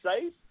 safe